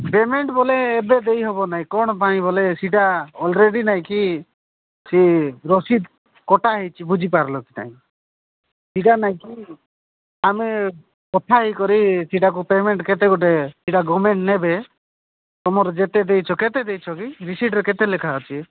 payment ବୋଲେ ଏବେ ଦେଇ ହବ ନାଇଁ କ'ଣ ପାଇଁ ବୋଲେ ସେଇଟା ଅଲ୍ରେଡ଼ି ନାଇଁକି ସେ ରସିଦ କଟା ହେଇଛି ବୁଝିପାରିଲ କି ନାଇଁ ସେଇଟା ନାଇଁକି ଆମେ କଥା ହେଇକରି ସେଇଟାକୁ ପେମେଣ୍ଟ୍ କେତେ ଗୋଟେ ସେଇଟା ଗଭର୍ଣ୍ଣମେଣ୍ଟ ନେବେ ତମର ଯେତେ ଦେଇଛ କେତେ ଦେଇଛ କି ରିସିଟ୍ରେ କେତେ ଲେଖା ଅଛି